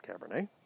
Cabernet